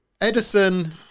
Edison